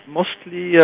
mostly